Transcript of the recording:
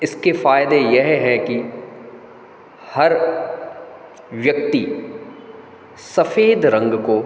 इसके फ़ायदे यह है कि हर व्यक्ति सफ़ेद रंग को